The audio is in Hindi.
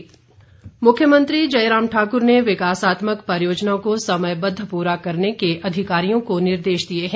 जयराम मुख्यमंत्री जयराम ठाकुर ने विकासात्मक परियोजनाओं को समयबद्ध पूरा करने के अधिकारियों को निर्देश दिए हैं